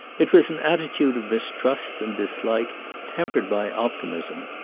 it is an attitude of mistrust and dislike tempered by optimism.